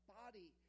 body